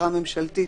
"חברה ממשלתית"